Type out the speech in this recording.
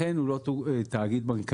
לכן הוא לא תאגיד בנקאי.